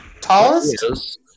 Tallest